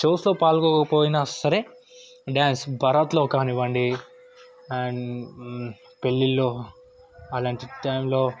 షోస్లో పాల్గొకపోయినా సరే డాన్స్ బరాత్లో కానివ్వండి అండ్ పెళ్ళిళ్ళో అలాంటి టైమ్లో